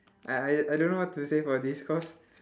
I I I don't know what to say for this cause